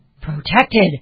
protected